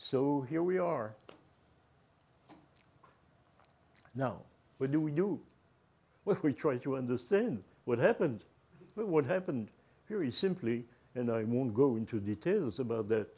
so here we are now where do we do what we try to understand what happened what happened here is simply and i won't go into details about that